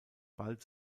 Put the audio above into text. bald